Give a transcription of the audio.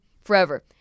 forever